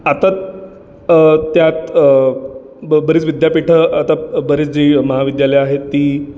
आतत अ त्यात अ ब बरीच विद्यापीठं आता बरीच जी महाविद्यालयं आहेत ती